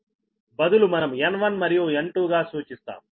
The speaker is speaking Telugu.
బదులు మనం N1 మరియు N2 గా సూచిస్తాం